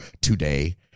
today